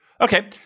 Okay